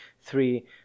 three